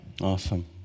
Awesome